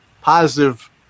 positive